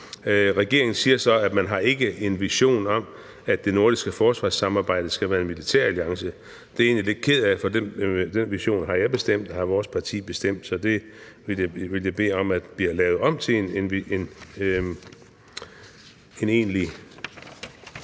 Regeringen siger så, at man ikke har en vision om, at det nordiske forsvarssamarbejde skal være en militæralliance. Det er jeg egentlig lidt ked af, for den vision har vores parti bestemt. Så det vil jeg bede om bliver lavet om; til en egentlig